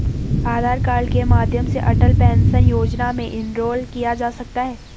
आधार card के माध्यम से अटल पेंशन योजना में इनरोल किया जा सकता है